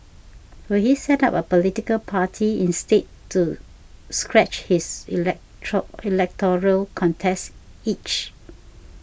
will he set up a political party instead to scratch his electoral contest itch